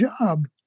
job